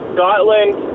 Scotland